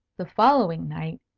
the following night,